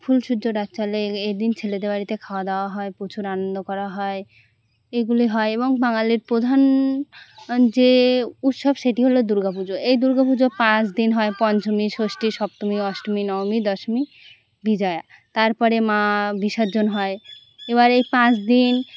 ফুলসজ্জা রাত চলে এইদিন ছেলেদের বাড়িতে খাওয়া দাওয়া হয় প্রচুর আনন্দ করা হয় এগুলি হয় এবং বাঙালির প্রধান যে উৎসব সেটি হলো দুর্গা পুজো এই দুর্গা পুজো পাঁচ দিন হয় পঞ্চমী ষষ্ঠী সপ্তমী অষ্টমী নবমী দশমী বিজয়া তারপরে মা বিসার্জন হয় এবার এই পাঁচ দিন